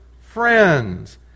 friends